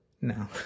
No